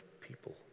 people